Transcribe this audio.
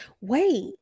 Wait